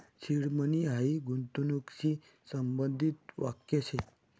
seed money हायी गूंतवणूकशी संबंधित वाक्य शे